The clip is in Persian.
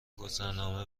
گذرنامه